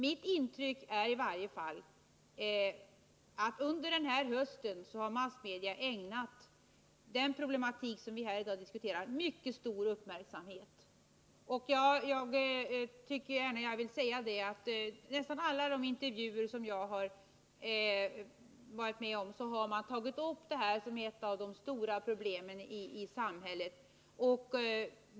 Mitt intryck är i varje fall att under den här hösten har massmedia ägnat den Om åtgärder mot problematik vi här i dag diskuterar mycket stor uppmärksamhet. Jag vill missbruk av alkogärna säga att vid nästan alla de intervjuer som jag har varit med om har man hol tagit upp detta som ett av de stora problemen i samhället.